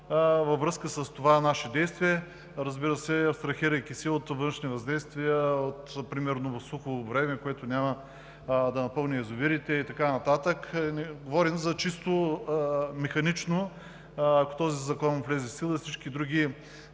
– относно това наше действие, абстрахирайки се от външни въздействия, примерно в сухо време, което няма да напълни язовирите и така нататък. Говорим за чисто механично, ако този закон влезе в сила, и всички други